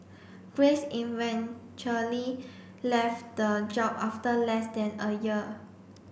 grace eventually left the job after less than a year